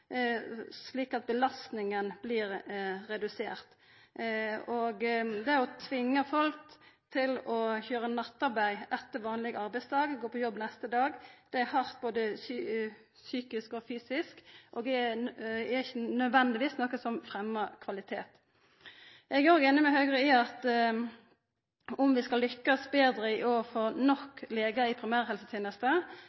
slik at belastninga blir redusert. Å køyra nattarbeid etter vanleg arbeidsdag og gå på jobb neste dag, er hardt både psykisk og fysisk, så å tvinga folk til det er ikkje nødvendigvis noko som fremmar kvalitet. Eg er òg einig med Høgre i at om vi skal lykkast betre med å få